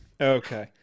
Okay